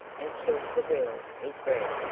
until the will is read.